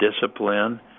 discipline